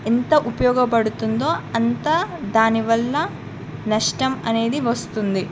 ఎంత ఉపయోగపడుతుందో అంతా దానివల్ల నష్టం అనేది వస్తుంది